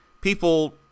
People